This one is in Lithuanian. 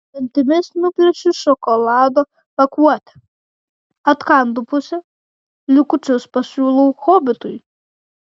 dantimis nuplėšiu šokolado pakuotę atkandu pusę likučius pasiūlau hobitui